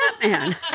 Batman